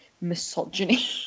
misogyny